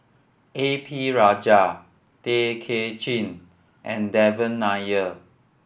A P Rajah Tay Kay Chin and Devan Nair